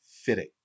Fitting